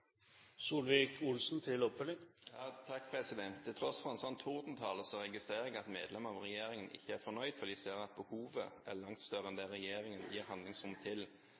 Til tross for en slik tordentale registrerer jeg at medlemmer av regjeringen ikke er fornøyd, for de ser at behovet er langt større enn det regjeringen gir handlingsrom til.